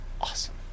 Awesome